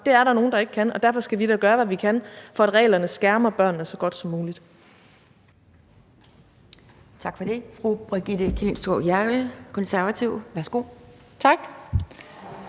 Det er der nogle der ikke kan, og derfor skal vi da gøre, hvad vi kan, for at reglerne skærmer børnene så godt som muligt. Kl.